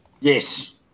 Yes